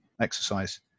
exercise